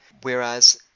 whereas